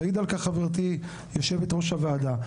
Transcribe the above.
תעיד על כך חברתי יושבת ראש הוועדה,